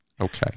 Okay